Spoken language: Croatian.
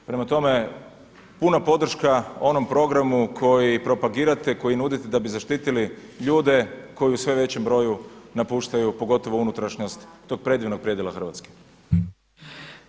Prema tome puna podrška onom programu koji propagirate, koji nudite da bi zaštitili ljude koji u sve većem broju napuštaju, pogotovo unutrašnjost tog predivnog predjela Hrvatske.